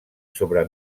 sobre